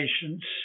patients